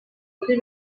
kuri